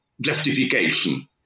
justification